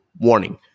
Warning